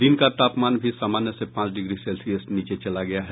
दिन का तापमान भी सामान्य से पांच डिग्री सेल्सियस नीचे चला गया है